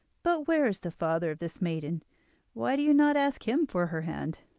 but where is the father of this maiden why do you not ask him for her hand?